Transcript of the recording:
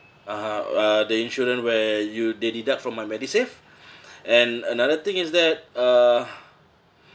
(uh huh) uh the insurance where you they deduct from my medisave and another thing is that uh